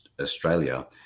Australia